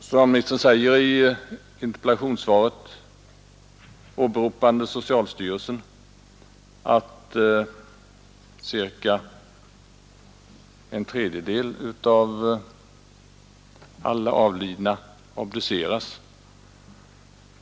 Socialministern säger i interpellationssvaret med åberopande av socialstyrelsen att cirka en tredjedel av alla avlidna obduceras.